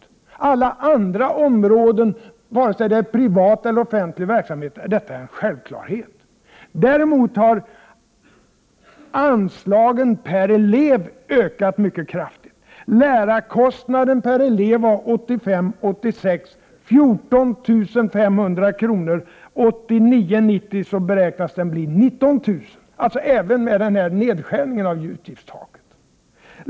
På alla andra områden — vare sig det rör privat eller offentlig verksamhet — skulle detta vara en självklarhet. Däremot har anslagen per elev ökat mycket kraftigt. Lärarkostnaden per elev var 1985 90 beräknas lärarkostnaden bli 19 000 kr., alltså även med sänkningen av utgiftstaket.